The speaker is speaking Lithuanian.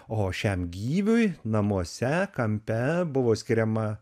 o šiam gyviui namuose kampe buvo skiriama